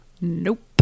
Nope